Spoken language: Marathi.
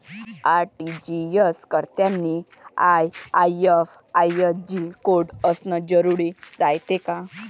आर.टी.जी.एस करतांनी आय.एफ.एस.सी कोड असन जरुरी रायते का?